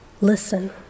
listen